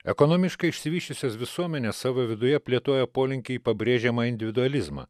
ekonomiškai išsivysčiusios visuomenės savo viduje plėtoja polinkį į pabrėžiamą individualizmą